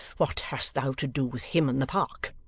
what hast thou to do with him in the park?